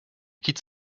quitte